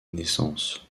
naissance